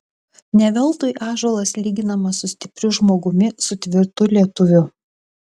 ne veltui ąžuolas lyginamas su stipriu žmogumi su tvirtu lietuviu